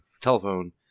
telephone